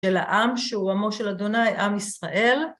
של העם שהוא עמו של אדוני, עם ישראל.